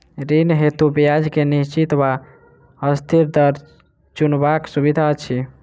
ऋण हेतु ब्याज केँ निश्चित वा अस्थिर दर चुनबाक सुविधा अछि